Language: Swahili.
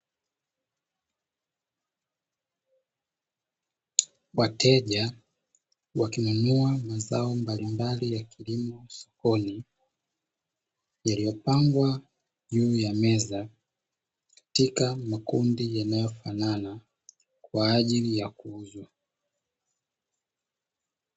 Wateja wakinunua mazao mbalimbali ya kilimo sokoni, iliyopangwa juu ya meza katika makundi yanayofanana kwa ajili ya kuuzwa.